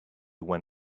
when